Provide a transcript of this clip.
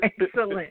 excellent